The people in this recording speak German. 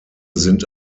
sind